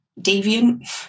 deviant